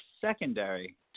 secondary